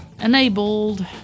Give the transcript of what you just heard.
enabled